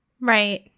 Right